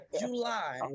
July